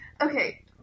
Okay